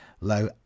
low